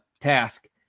task